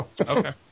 Okay